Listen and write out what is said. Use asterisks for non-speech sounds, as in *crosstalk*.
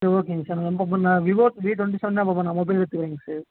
sir ஓகேங்க sir நான் *unintelligible* நான் விவோ வி டுவெண்ட்டி சவன் தான் *unintelligible* இப்போ நான் மொபைல் எடுத்துகிறேன்ங்க சார்